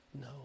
No